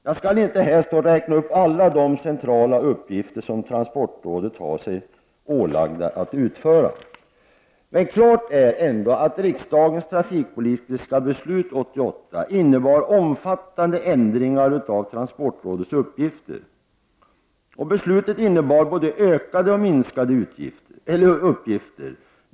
Jag skall inte här stå och räkna upp alla de centrala uppgifter som transportrådet har ålagts att utföra, men klart är ändå att riksda gens trafikpolitiska beslut 1988 innebär omfattande ändringar av transportrådets uppgifter. Beslutet innebär både ökade och minskade uppgifter.